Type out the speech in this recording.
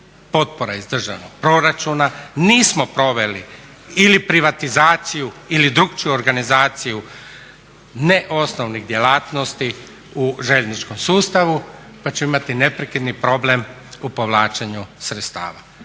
potpora iz državnog proračuna, nismo proveli ili privatizaciju ili drukčiju organizaciju neosnovnih djelatnosti u željezničkom sustavu pa ćemo imati neprekidni problem u povlačenju sredstava.